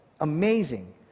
Amazing